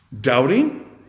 Doubting